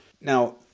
Now